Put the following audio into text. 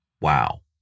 Wow